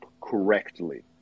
correctly